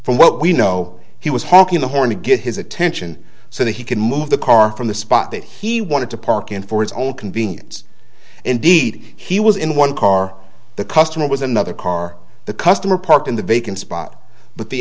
from what we know he was hawking the horn to get his attention so that he can move the car from the spot that he wanted to park in for his own convenience indeed he was in one car the customer was another car the customer parked in the vacant spot but the